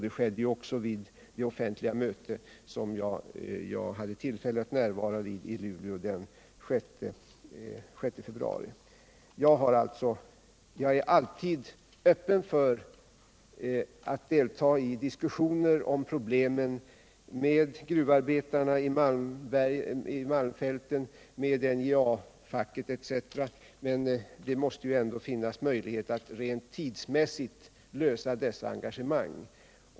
Så skedde också vid det offentliga möte som jag hade tillfälle att närvara vid i Luleå den 6 februari. Jag är alltid öppen för att delta i diskussion om problemen, med gruvarbetarna i malmfälten, med NJA-facket etc., men det måste ändå finnas möjligheter att rent tidsmässigt åta sig sådana engagemang.